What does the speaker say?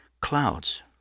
clouds